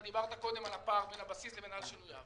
אתה דיברת קודם על הפער בין הבסיס לבין על שינויו.